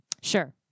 sure